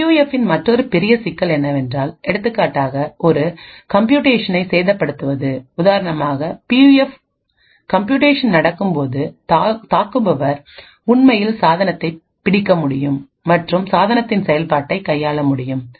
பியூஎஃப்பின்மற்றொரு பெரிய சிக்கல் என்னவென்றால் எடுத்துக்காட்டாக ஒரு கம்ப்பியூட்டேஷனை சேதப்படுத்துவது உதாரணமாகபியூஎஃப் கம்ப்பியூட்டேஷன் நடக்கும்போது தாக்குபவர் உண்மையில் சாதனத்தைப் பிடிக்க முடியும் மற்றும் சாதனத்தில் செயல்பாட்டைக் கையாள முடியும்